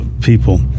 people